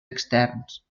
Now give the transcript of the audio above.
externs